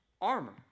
armor